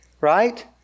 right